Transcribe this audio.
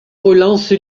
relance